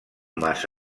mas